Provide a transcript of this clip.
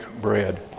bread